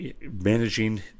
managing